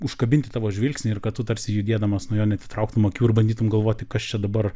užkabinti tavo žvilgsnį ir kad tu tarsi judėdamas nuo jo neatitrauktum akių ir bandytum galvoti kas čia dabar